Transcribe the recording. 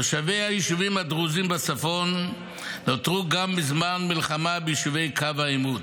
תושבי היישובים הדרוזיים בצפון נותרו גם בזמן מלחמה ביישובי קו העימות,